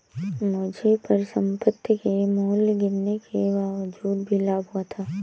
मुझे परिसंपत्ति के मूल्य गिरने के बावजूद भी लाभ हुआ था